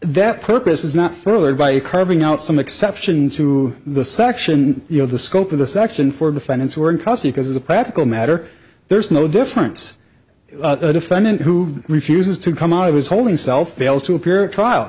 that purpose is not furthered by carving out some exception to the section you know the scope of the section for defendants who are in custody because as a practical matter there's no difference the defendant who refuses to come out of his holding cell fails to appear trial